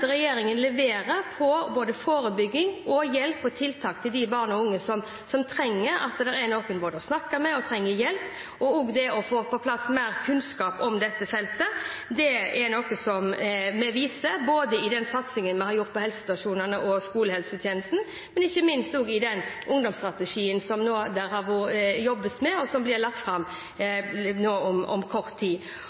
regjeringen tar på alvor. Jeg mener at regjeringen leverer på både forebygging, hjelp og tiltak overfor de barn og unge som trenger noen å snakke med, og som trenger hjelp. Det å få på plass mer kunnskap om dette feltet er noe som vi gjør både gjennom den satsingen vi har gjort på helsestasjonene og skolehelsetjenesten, og ikke minst også gjennom den ungdomsstrategien som det nå jobbes med, og som blir lagt fram om kort tid.